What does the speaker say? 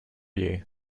you